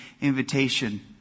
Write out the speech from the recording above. invitation